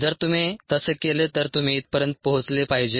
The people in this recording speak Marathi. जर तुम्ही तसे केले तर तुम्ही इथपर्यंत पोहोचले पाहिजे